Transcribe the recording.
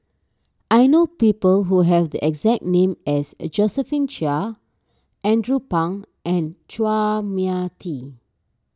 I know people who have the exact name as a Josephine Chia Andrew Phang and Chua Mia Tee